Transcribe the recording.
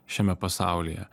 šiame pasaulyje